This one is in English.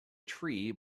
tree